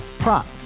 Prop